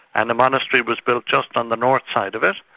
and a monastery was built just on the north side of it,